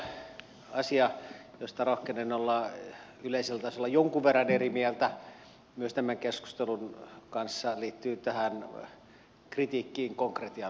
ehkä ainoa asia josta rohkenen olla yleisellä tasolla jonkun verran eri mieltä myös tämän keskustelun kanssa liittyy tähän kritiikkiin konkretian puutteesta